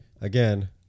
again